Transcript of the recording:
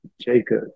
Jacob